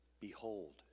behold